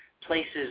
places